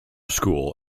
school